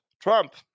Trump